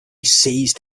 seized